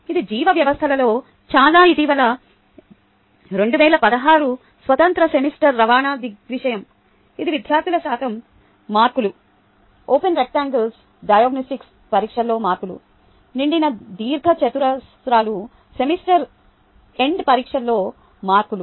ఇది జీవ వ్యవస్థలలో చాలా ఇటీవలి 2016 స్వతంత్ర సెమిస్టర్ రవాణా దృగ్విషయం ఇది విద్యార్థుల శాతం మార్కులు ఓపెన్ దీర్ఘచతురస్రాలు డయాగ్నొస్టిక్ పరీక్షలో మార్కులు నిండిన దీర్ఘచతురస్రాలు సెమిస్టర్ ఎండ్ పరీక్షలో మార్కులు